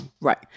Right